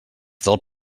del